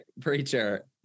preacher